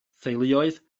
theuluoedd